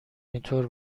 اینطور